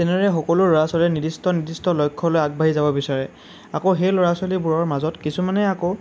তেনেদৰে সকলো ল'ৰা ছোৱালীক নিৰ্দিষ্ট নিৰ্দিষ্ট লক্ষ্য লৈ আগবাঢ়ি যাব বিচাৰে আকৌ সেই ল'ৰা ছোৱালীবোৰৰ মাজত কিছুমানে আকৌ